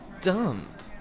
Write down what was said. dump